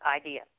idea